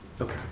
Okay